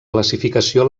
classificació